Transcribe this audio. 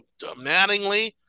Mattingly